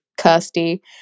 Kirsty